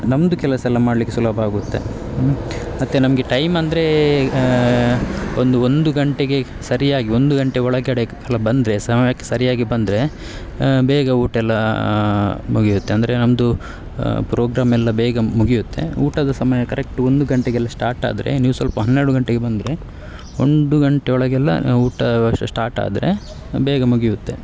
ನಮ್ಮದು ಕೆಲಸ ಎಲ್ಲ ಮಾಡ್ಲಿಕ್ಕೆ ಸುಲಭ ಆಗುತ್ತೆ ಮತ್ತು ನಮಗೆ ಟೈಮ್ ಅಂದರೆ ಒಂದು ಒಂದು ಗಂಟೆಗೆ ಸರಿಯಾಗಿ ಒಂದು ಗಂಟೆ ಒಳಗಡೆ ಎಲ್ಲ ಬಂದರೆ ಸಮಯಕ್ಕೆ ಸರಿಯಾಗಿ ಬಂದರೆ ಬೇಗ ಊಟ ಎಲ್ಲ ಮುಗಿಯುತ್ತೆ ಅಂದರೆ ನಮ್ಮದು ಪ್ರೋಗ್ರಾಮ್ ಎಲ್ಲ ಬೇಗ ಮುಗಿಯುತ್ತೆ ಊಟದ ಸಮಯ ಕರೆಕ್ಟ್ ಒಂದು ಗಂಟೆಗೆಲ್ಲ ಸ್ಟಾರ್ಟ್ ಆದರೆ ನೀವು ಸ್ವಲ್ಪ ಹನ್ನೆರಡು ಗಂಟೆಗೆ ಬಂದರೆ ಒಂದು ಗಂಟೆ ಒಳಗೆಲ್ಲ ನಾವು ಊಟ ಸ್ಟಾರ್ಟ್ ಆದರೆ ಬೇಗ ಮುಗಿಯುತ್ತೆ